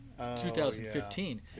2015